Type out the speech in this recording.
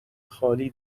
خالی